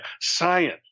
science